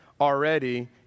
already